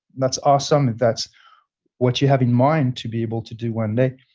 that's awesome. that's what you have in mind to be able to do one day,